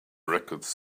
records